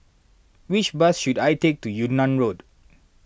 which bus should I take to Yunnan Road